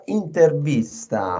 intervista